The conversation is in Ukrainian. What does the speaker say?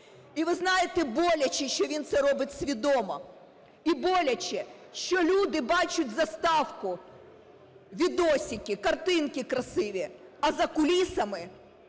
І ви знаєте, боляче, що він це робить свідомо і боляче, що люди бачать заставку – відосики, картинки красиві, а за кулісами